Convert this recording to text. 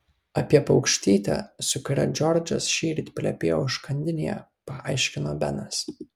apie paukštytę su kuria džordžas šįryt plepėjo užkandinėje paaiškino benas